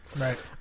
Right